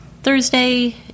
Thursday